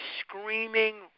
screaming